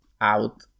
out